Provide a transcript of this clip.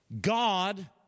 God